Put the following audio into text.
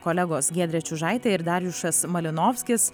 kolegos giedrė čiužaitė ir darjušas malinovskis